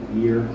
year